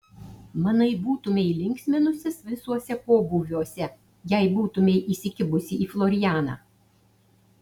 manai būtumei linksminusis visuose pobūviuose jei būtumei įsikibusi į florianą